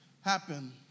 happen